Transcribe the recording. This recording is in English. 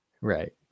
Right